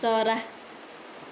चरा